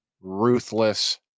ruthless